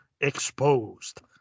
exposed